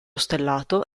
stellato